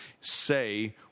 say